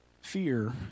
fear